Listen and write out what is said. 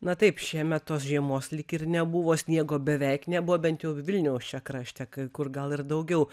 na taip šiemet tos žiemos lyg ir nebuvo sniego beveik nebuvo bent jau vilniaus čia krašte kai kur gal ir daugiau